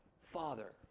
father